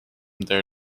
their